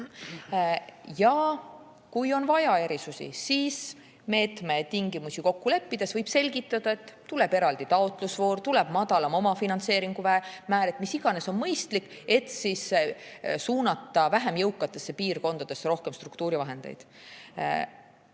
Ja kui on vaja erisusi, siis meetme tingimusi kokku leppides võib selgitada, et tuleb eraldi taotlusvoor, tuleb madalam omafinantseeringu määr – mis iganes mõistlik on –, et suunata vähem jõukatesse piirkondadesse rohkem struktuurifondide